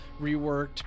reworked